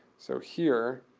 so here,